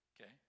Okay